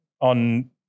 on